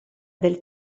del